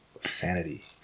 Sanity